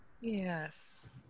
Yes